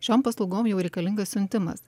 šiom paslaugom jau reikalingas siuntimas